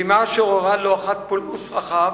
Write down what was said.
בימה שעוררה לא אחת פולמוס רחב